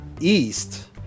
East